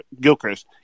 Gilchrist